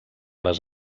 les